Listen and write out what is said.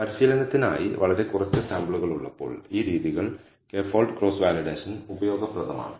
അതിനാൽ പരിശീലനത്തിനായി വളരെ കുറച്ച് സാമ്പിളുകൾ ഉള്ളപ്പോൾ ഈ രീതികൾ k ഫോൾഡ് ക്രോസ് വാലിഡേഷൻ ഉപയോഗപ്രദമാണ്